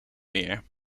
meer